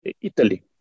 italy